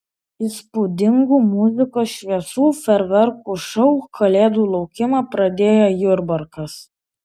įspūdingu muzikos šviesų fejerverkų šou kalėdų laukimą pradėjo jurbarkas